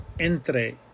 entre